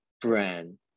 brand